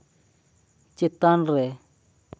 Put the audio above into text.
ᱪᱮᱛᱟᱱ ᱨᱮ